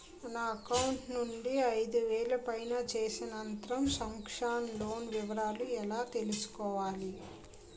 నా అకౌంట్ నుండి ఐదు వేలు పైన చేసిన త్రం సాంక్షన్ లో వివరాలు ఎలా తెలుసుకోవాలి?